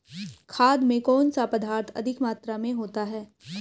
खाद में कौन सा पदार्थ अधिक मात्रा में होता है?